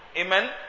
Amen